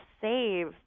save